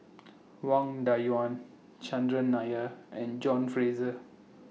Wang Dayuan Chandran Nair and John Fraser